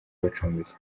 bacumbitse